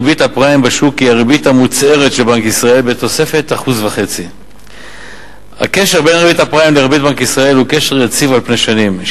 ריבית הפריים בשוק היא הריבית המוצהרת של בנק ישראל בתוספת 1.5%. הקשר בין ריבית הפריים לריבית בנק ישראל הוא קשר יציב על פני שנים,